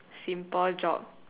simple job